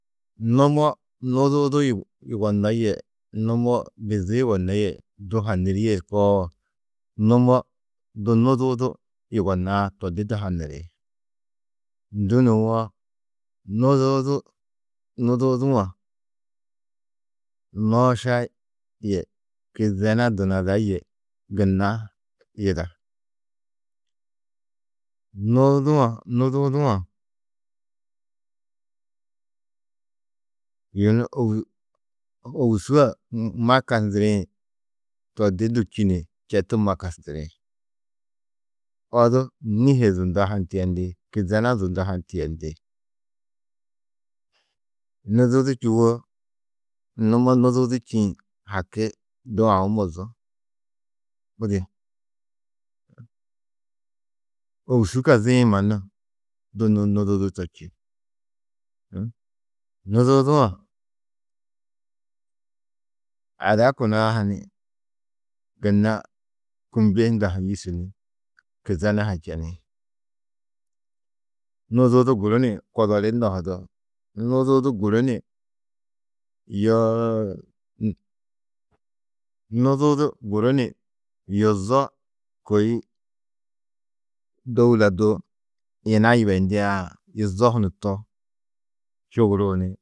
Numo nuududu yug- yugonnó yê numo bizi yugonnó yê du hanirîe koo, numo du nuududu yugonnãá to di du hanari. Ndû nũwo nuududu, nuududu-ã nooša yê kizena dunada yê gunna yida. Nuududu-ã, nuududu-ã yunu ôwu ôwusu a ma kasndirĩ to du čî ni četu ma kastiri. Odu nîhe zunda ha ni tiyendi kizena zunda ha ni tiyendi. Nuududu čûo, numo nuududu čîĩ haki du aũ mozú, budi. Ôwusu kaziĩ mannu du nuududu to čî ũ. Nuududu-ã ada kunu-ã ha ni gunna kûmnje hundã yîsu ni kizena ha čeni. Nuududu guru ni kodoli nohudo, nuududu guru ni yoo nuududu guru ni yuzo kôi dôula di yina yibeyindiã yuzo hunu to. Yuguruu ni